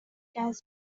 جذب